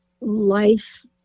life